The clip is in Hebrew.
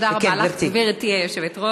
תודה רבה לך, גברתי היושבת-ראש.